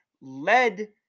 led